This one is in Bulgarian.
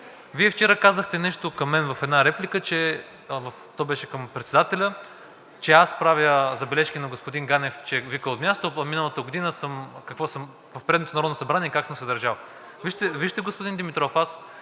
Вие вчера казахте нещо към мен в една реплика – то беше към председателя, че аз правя забележки на господин Ганев, че вика от място, а миналата година в предното Народно събрание как съм се държал. Вижте, господин Димитров –